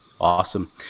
awesome